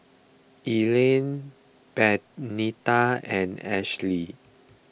Elian Benita and Ashly